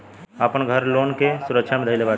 हम आपन घर लोन के सुरक्षा मे धईले बाटी